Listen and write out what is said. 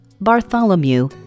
Bartholomew